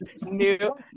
New